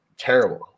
terrible